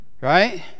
Right